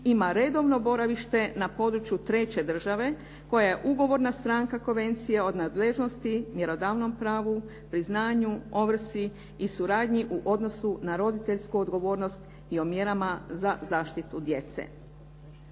ima redovno boravište na području treće države koja je ugovorna stranka Konvencije o nadležnosti, mjerodavnom pravu, priznanju, ovrsi i suradnji u odnosu na roditeljsku odgovornost i o mjerama za zaštitu djece.